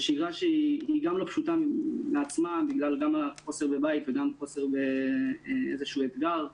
זה שגרה לא פשוטה גם בגלל חוסר בבית וגם בגלל חוסר באיזשהו אתגר,